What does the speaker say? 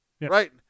right